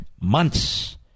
months